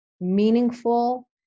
meaningful